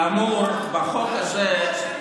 כאמור, בחוק הזה,